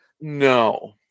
No